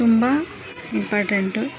ತುಂಬ ಇಂಪಾರ್ಟೆಂಟು